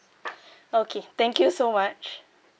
okay thank you so much